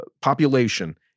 population